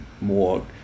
more